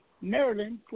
Maryland